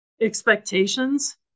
expectations